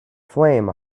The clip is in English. flame